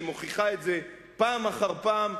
שמוכיחה את זה פעם אחר פעם,